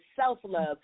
self-love